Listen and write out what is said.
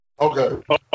Okay